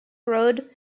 road